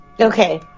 Okay